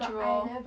draw